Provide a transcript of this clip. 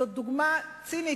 זו דוגמה צינית,